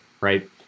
right